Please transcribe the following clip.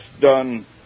done